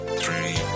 three